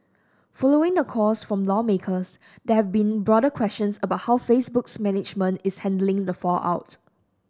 following the calls from lawmakers there have been broader questions about how Facebook's management is handling the fallout